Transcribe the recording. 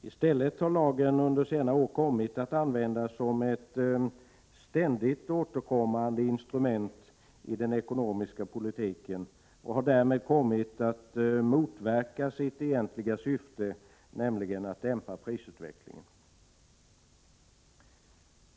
I stället har lagen under senare år använts som ett ständigt återkommande instrument i den ekonomiska politiken och har därmed kommit att motverka sitt egentliga syfte, nämligen att dämpa prisutvecklingen.